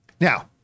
Now